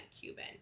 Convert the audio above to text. Cuban